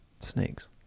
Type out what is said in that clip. Snakes